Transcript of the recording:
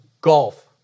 golf